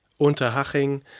Unterhaching